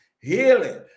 healing